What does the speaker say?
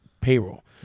payroll